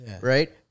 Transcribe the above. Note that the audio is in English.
right